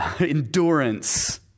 endurance